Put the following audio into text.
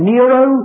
Nero